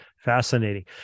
fascinating